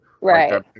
Right